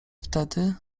wtedy